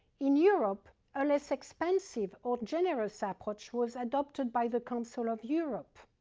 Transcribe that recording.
in europe, a less expansive or generous approach was adopted by the council of europe.